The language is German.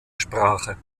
sprache